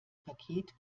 paket